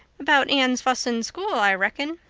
about anne's fuss in school, i reckon,